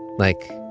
like,